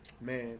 Man